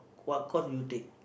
what course do you take